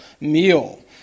meal